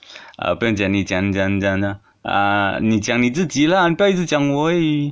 啊不要紧啦你讲你讲你讲你讲啊你讲你自己啦不要一直讲我而已